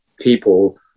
people